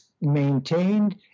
maintained